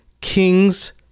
kings